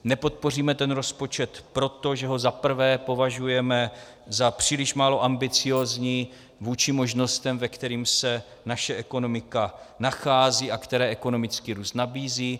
Nepodpoříme ten rozpočet proto, že ho za prvé považujeme za příliš málo ambiciózní vůči možnostem, ve kterých se naše ekonomika nachází a které ekonomický růst nabízí.